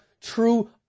true